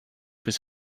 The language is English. his